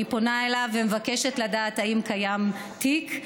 אני פונה אליו ומבקשת לדעת אם קיים תיק,